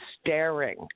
staring